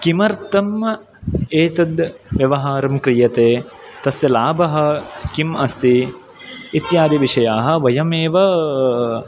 किमर्थम् एतद् व्यवहारं क्रियते तस्य लाभः किम् अस्ति इत्यादिविषयाः वयमेव